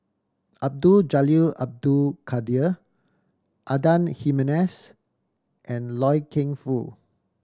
Abdul Jalil Abdul Kadir Adan Jimenez and Loy Keng Foo